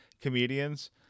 comedians